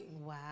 Wow